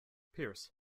pierce